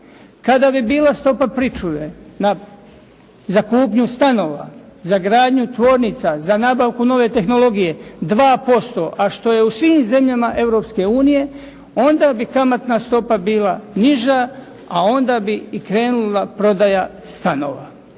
Kada bi bila stopa pričuve za kupnju stanova, za gradnju tvornica, za gradnju nove tehnologije 2%, a što je u svim zemljama Europske unije, onda bi kamatna stopa bila niža, a onda bi i krenula prodaja stanova.